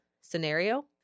scenario